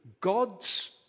god's